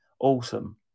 Awesome